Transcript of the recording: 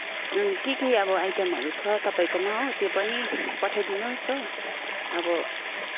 अनि के के अब आइटेमहरू छ तपाईँकोमा हो त्यो पनि पठाइ दिनुहोस् हो अब